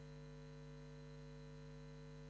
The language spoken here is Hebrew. "אגד" העלו חרס.